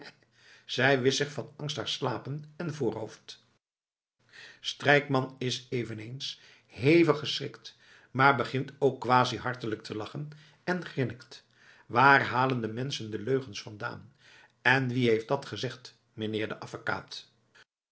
zij wischt zich van angst haar slapen en voorhoofd strijkman is eveneens hevig geschrikt maar begint ook quasi hartelijk te lachen en grinnikt waar halen de menschen de leugens vandaan en wie heeft dat gezegd meneer de avekaat